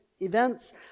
Events